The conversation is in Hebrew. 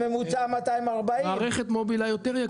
בממוצע 240. מערכת מובילאיי יותר יקרה.